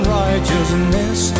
righteousness